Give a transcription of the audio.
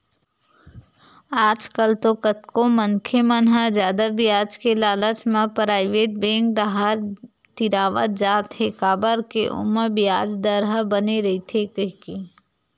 आजकल तो कतको मनखे मन ह जादा बियाज के लालच म पराइवेट बेंक डाहर तिरावत जात हे काबर के ओमा बियाज दर ह बने रहिथे कहिके